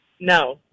No